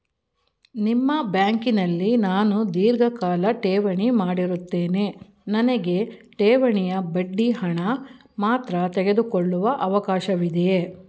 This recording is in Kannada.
ನಿಮ್ಮ ಬ್ಯಾಂಕಿನಲ್ಲಿ ನಾನು ಧೀರ್ಘಕಾಲ ಠೇವಣಿ ಮಾಡಿರುತ್ತೇನೆ ನನಗೆ ಠೇವಣಿಯ ಬಡ್ಡಿ ಹಣ ಮಾತ್ರ ತೆಗೆದುಕೊಳ್ಳುವ ಅವಕಾಶವಿದೆಯೇ?